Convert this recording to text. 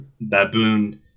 Baboon